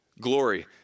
Glory